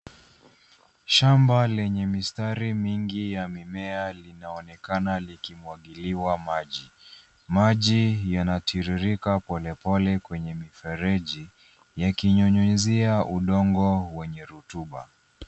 Shamba lenye mistari mingi ya mimea linaonekana likimwagiliwa maji. Maji yanatiririka polepole kwenye mifereji, yakinyunyuzia udongo wenye rotuba.